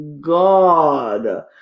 God